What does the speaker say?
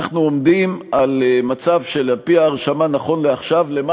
או נגד הלומדים תורה והעוסקים בה